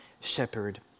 shepherd